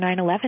9-11